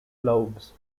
lobes